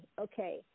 Okay